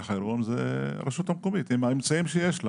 חירום זה הרשות המקומית עם האמצעים שיש לה.